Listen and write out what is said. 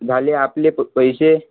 झाले आपले प पैसे